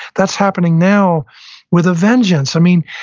that's happening now with a vengeance. i mean,